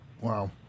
Wow